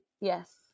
Yes